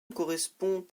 correspond